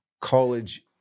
college